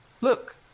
Look